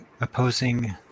opposing